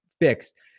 fixed